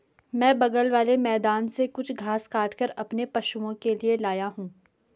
मैं बगल वाले मैदान से कुछ घास काटकर अपने पशुओं के लिए लाया हूं